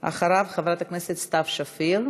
אחריו, חברת הכנסת סתיו שפיר.